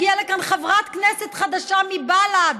הגיעה לכאן חברת כנסת חדשה מבל"ד,